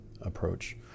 approach